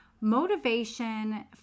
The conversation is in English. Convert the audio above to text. Motivation